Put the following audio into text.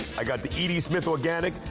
i got the e d. smith organic,